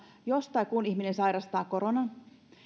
jos tai kun ihminen sairastaa koronan